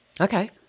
Okay